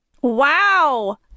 Wow